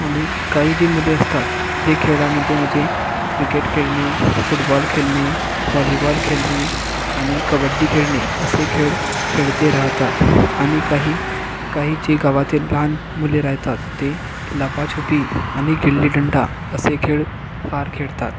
अणि काही जी मुले असतात ते खेळामध्ये म्हणजे क्रिकेट खेळणे फुटबॉल खेळणे हॉलीबॉल खेळणे आणि कबड्डी खेळणे असे खेळ खेळत राहतात आणि काही काही जे गावातील लहान मुले राहतात ते लपाछपी आणि गिल्लीदंडा असे खेळ फार खेळतात